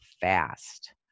fast